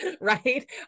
right